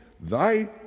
thy